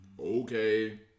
Okay